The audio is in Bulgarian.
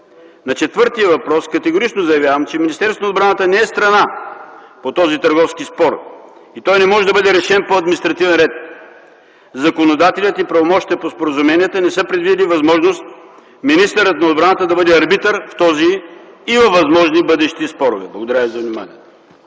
На четвъртия въпрос, категорично заявявам, че Министерството на отбраната не е страна по този търговски спор. Той не може да бъде решен по административен ред. Законодателят и правомощията по споразуменията не са предвидили възможност министърът на отбраната да бъде арбитър в този и във възможни бъдещи спорове. Благодаря ви за вниманието.